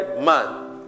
man